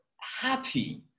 happy